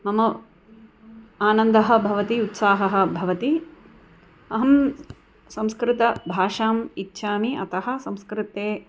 मम आनन्दः भवति उत्साहः भवति अहं संस्कृतभाषाम् इच्छामि अतः संस्कृते